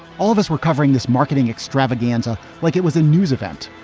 all of us were covering this marketing extravaganza like it was a news event.